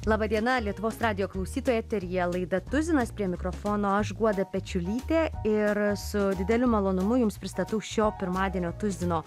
laba diena lietuvos radijo klausytojai eteryje laida tuzinas prie mikrofono aš guoda pečiulytė ir su dideliu malonumu jums pristatau šio pirmadienio tuzino